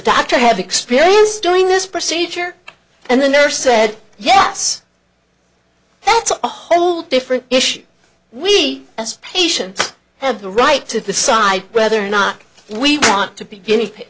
doctor have experience doing this procedure and the nurse said yes that's a whole different issue we as patients have the right to decide whether or not we want to be guinea pig